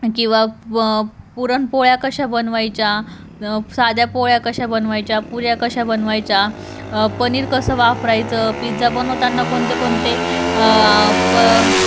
किंवा प पुरणपोळ्या कशा बनवायच्या साध्या पोळ्या कशा बनवायच्या पुऱ्या कशा बनवायच्या पनीर कसं वापरायचं पिझ्झा बनवताना कोणते कोणते प